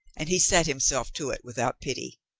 and he set himself to it without pity.